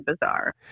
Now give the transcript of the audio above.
bizarre